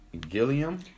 Gilliam